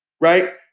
right